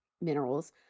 minerals